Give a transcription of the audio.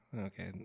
Okay